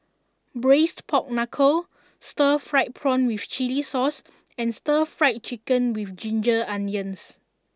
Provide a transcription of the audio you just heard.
Braised Pork Knuckle Stir Fried Prawn with Chili Sauce and Stir Fried Chicken with Ginger Onions